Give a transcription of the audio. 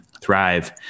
thrive